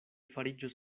fariĝos